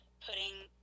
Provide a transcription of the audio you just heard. putting